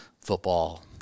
football